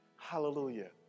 Hallelujah